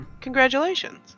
Congratulations